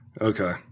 Okay